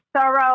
thorough